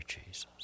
Jesus